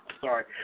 Sorry